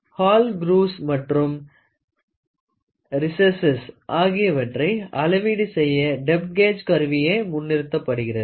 whole grooves மற்றும் ரெஸ்ஸ்ஸஸ்hole grooves and recesses ஆகியவற்றை அளவீடு செய்ய டெப்த் கேஜ் கருவியே முன்னிறுத்தப்படுகிறது